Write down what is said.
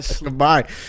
Goodbye